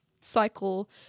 cycle